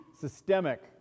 systemic